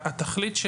התכלית,